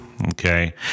Okay